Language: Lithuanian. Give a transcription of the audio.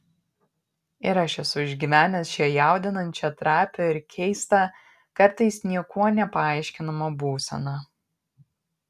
ir aš esu išgyvenęs šią jaudinančią trapią ir keistą kartais niekuo nepaaiškinamą būseną